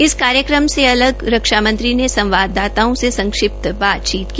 इस कार्यक्रम से अलग रक्षामंत्री ने संवाददाताओं से संक्षिप्त बातचीत की